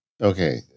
Okay